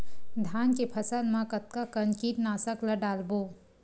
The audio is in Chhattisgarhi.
धान के फसल मा कतका कन कीटनाशक ला डलबो?